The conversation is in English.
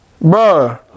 Bro